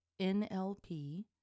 NLP